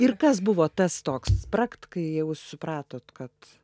ir kas buvo tas toks spragt kai jau supratot kad